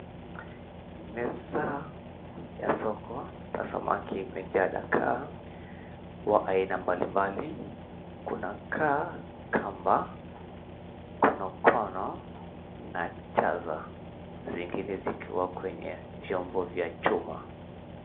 Meza ya soko ya samaki imejaa dagaa wa aina mbalimbali. Kunakaa kaa, kamba, konokono, na cheza zingine zikiwa kwenye vyombo vya chuma.